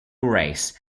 race